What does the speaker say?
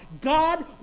God